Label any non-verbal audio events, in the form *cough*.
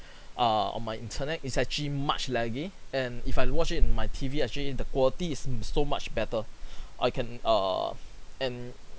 err on my internet is actually much laggy and if I watch it in my T_V actually the quality is m~ so much better *breath* I can err and